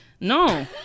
No